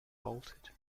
bolted